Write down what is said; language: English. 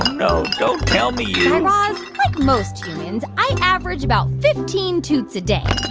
no, don't tell me you. guy raz, like most humans, i average about fifteen toots a day.